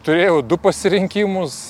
turėjau du pasirinkimus